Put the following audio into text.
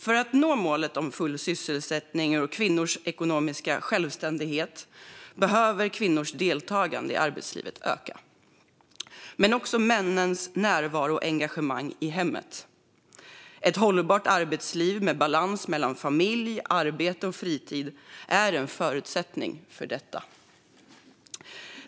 För att nå målet om full sysselsättning och kvinnors ekonomiska självständighet behöver kvinnors deltagande i arbetslivet öka men också männens närvaro och engagemang i hemmet. Ett hållbart arbetsliv med balans mellan familj, arbete och fritid är en förutsättning för detta.